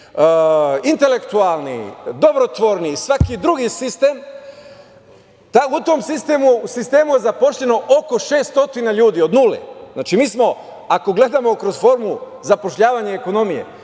intelektualni, dobrotvorni i svaki drugi sistem. U tom sistemu je zapošljeno oko 600 ljudi od nule. Znači, ako gledamo kroz formu zapošljavanja i ekonomije,